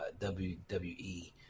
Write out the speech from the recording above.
WWE